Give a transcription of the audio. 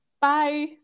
Bye